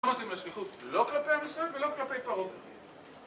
הוא לא מתאים לשליחות, לא כלפי עם ישראל ולא כלפי פרעה.